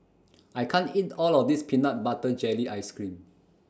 I can't eat All of This Peanut Butter Jelly Ice Cream